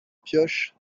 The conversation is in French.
pioche